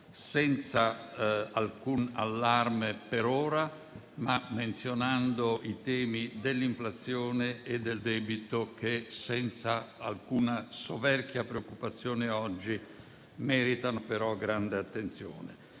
senza alcun allarme per ora, ma menzionando i temi dell'inflazione e del debito che, senza alcuna soverchia preoccupazione oggi, meritano però grande attenzione.